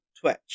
Twitch